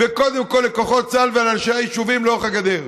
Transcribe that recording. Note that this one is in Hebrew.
וקודם כול לכוחות צה"ל ולאנשי היישובים לאורך הגדר.